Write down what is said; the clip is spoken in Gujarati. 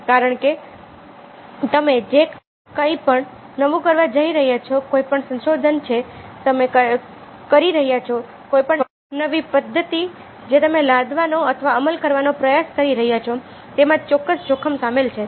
કારણ કે તમે જે કંઈપણ નવું કરવા જઈ રહ્યા છો કોઈપણ સંશોધન જે તમે કરી રહ્યા છો કોઈપણ નવી પદ્ધતિ જે તમે લાદવાનો અથવા અમલ કરવાનો પ્રયાસ કરી રહ્યાં છો તેમાં ચોક્કસ જોખમ સામેલ છે